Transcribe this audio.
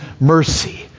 mercy